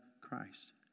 Christ